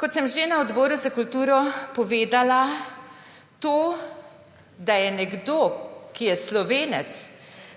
Kot sem že na odboru za kulturo povedala, to, da nekdo, ki je Slovenec,